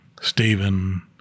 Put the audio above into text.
Stephen